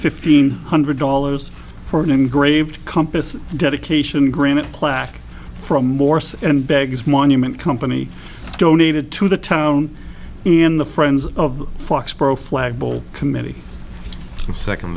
fifteen hundred dollars for an engraved compass a dedication granite plaque from morse and bags monument company donated to the town and the friends of the foxboro flagpole committee second